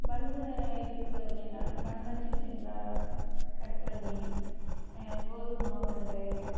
பன் இருக்குது அப்படின்னா பன்னை சின்ன சின்னதாக கட் பண்ணி கோதுமை மாவு ரெண்டு